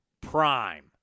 Prime